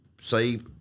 say